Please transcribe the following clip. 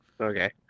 Okay